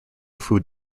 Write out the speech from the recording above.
food